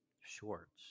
shorts